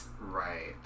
Right